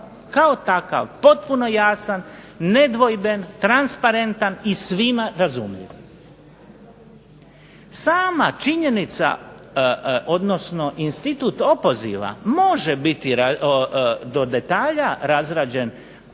kao takav potpuno jasan, nedvojben, transparentan i svima razumljiv. Sama činjenica, odnosno institut opoziva može biti do detalja razrađen